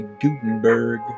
Gutenberg